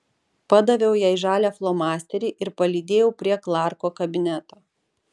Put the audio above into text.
padaviau jai žalią flomasterį ir palydėjau prie klarko kabineto